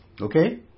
Okay